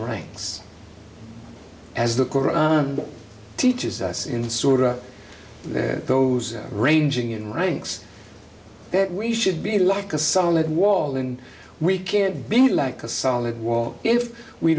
ranks as the koran teaches us in sort of those ranging in ranks that we should be like a solid wall and we can't be like a solid wall if we